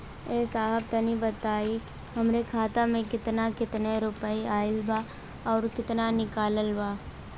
ए साहब तनि बताई हमरे खाता मे कितना केतना रुपया आईल बा अउर कितना निकलल बा?